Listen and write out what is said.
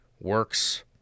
works